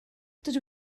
dydw